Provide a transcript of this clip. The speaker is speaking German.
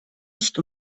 nicht